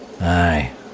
Aye